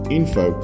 info